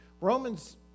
Romans